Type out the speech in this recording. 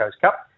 Cup